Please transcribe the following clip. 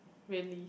really